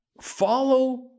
Follow